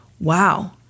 wow